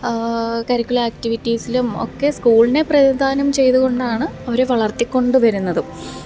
curricular ആക്റ്റിവിറ്റീസിലും ഒക്കെ സ്കൂളിനെ പ്രതിനിധാനം ചെയ്ത് കൊണ്ടാണ് അവരെ വളര്ത്തിക്കൊണ്ട് വരുന്നതും